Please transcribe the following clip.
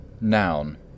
Noun